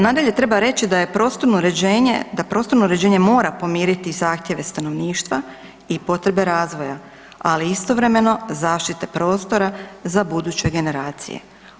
Nadalje, treba reći da je prostorno uređenje, da prostorno uređenje mora pomiriti zahtjeve stanovništva i potrebe razvoja, ali istovremeno, zaštite prostora za buduće generacije.